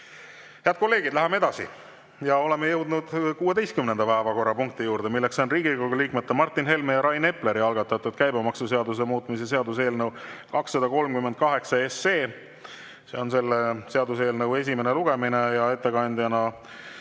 Head kolleegid, läheme edasi. Oleme jõudnud 16. päevakorrapunkti juurde, Riigikogu liikmete Martin Helme ja Rain Epleri algatatud käibemaksuseaduse muutmise seaduse eelnõu 238. See on selle seaduseelnõu esimene lugemine ja ettekandeks